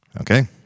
Okay